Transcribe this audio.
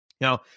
Now